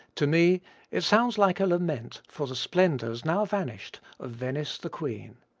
to me it sounds like a lament for the splendors, now vanished, of venice the queen.